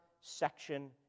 section